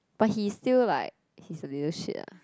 but he still like he's a little shit lah